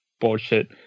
bullshit